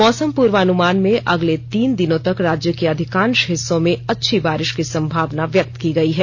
मौसम पूर्वानुमान में अगले तीन दिनों तक राज्य के अधिकांश हिस्सों में अच्छी बारिश की संभावना व्यक्त की गयी है